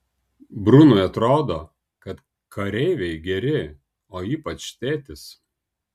brunui atrodo kad kareiviai geri o ypač tėtis